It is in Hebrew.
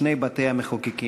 שני בתי-המחוקקים.